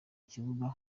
ikibuga